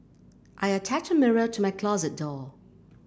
I attached a mirror to my closet door